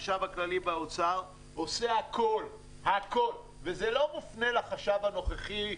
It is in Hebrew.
החשב הכללי באוצר עושה הכול וזה לא מופנה לחשב הנוכחי,